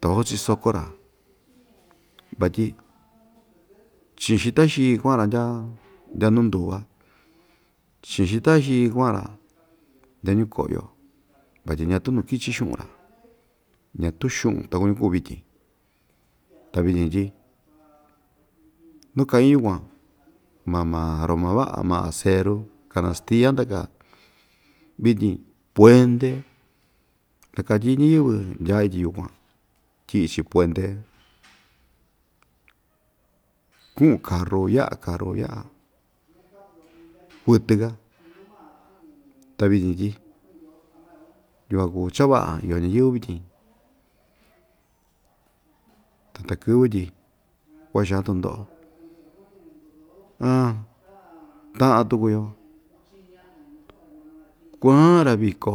ta vasu chisoko‑ra vatyi chi'in xita xii kua'an‑ra ndyaa ndya nunduva chi'in xita xii kua'an‑ra ndyaa ñuko'yo vatyi ñatu nukichi xu'un‑ra ñatu xu'un takuñu kuu vityin ta vityin tyi nu ka'in yukuan ma maa roma va'a ma aseru kanastia ndaka vityin puente ta katyi ñiyɨvɨ ndyaa ityi yukuan tyi'i‑chi puente ku'un karu ya'a karu ya'a kuɨtɨ‑ka ta vityin tyi yukuan kuu cha‑va'a iyo ñayɨ́vɨ vityin ta takɨ́vɨ tyi kua'a xan tundo'o aan ta'an tuku‑yo kua'an‑ra viko.